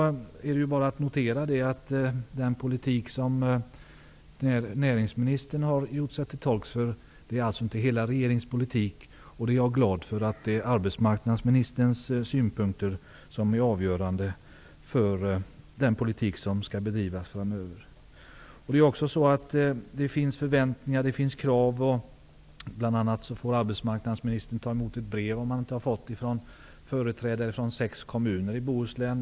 Man kan notera att den politik näringsministern gjort sig till tolk för inte är hela regeringens politik. Jag är glad för att arbetsmarknadsministerns synpunkter är avgörande för den politik som skall drivas framöver. Det finns förväntningar och krav. Bl.a. får arbetsmarknadsministern ta emot ett brev ifrån företrädare från sex kommuner i Bohus län.